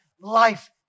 life